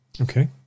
Okay